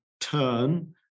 turn